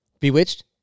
Bewitched